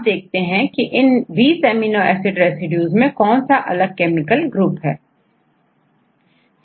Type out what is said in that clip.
Serine और thronine मैं alcohol होता है तो यह aspartic acid है